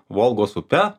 volgos upe